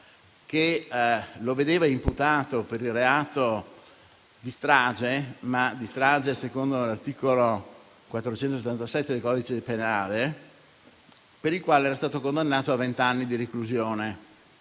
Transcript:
che lo vedeva imputato per il reato di strage, ma di strage secondo l'articolo 477 del codice penale, per il quale era stato condannato a vent'anni di reclusione.